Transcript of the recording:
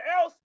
else